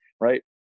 right